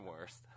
worst